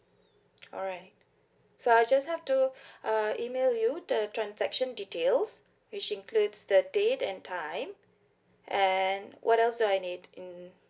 alright so I just have to uh email you the transaction details which includes the date and time and what else do I need mm